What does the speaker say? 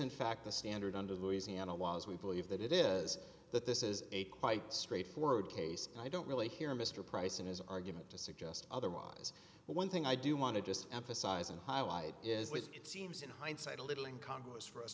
in fact the standard under louisiana law as we believe that it is that this is a quite straightforward case and i don't really hear mr price in his argument to suggest otherwise but one thing i do want to just emphasize and highlight is which it seems in hindsight a little in congress for us